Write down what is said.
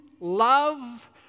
love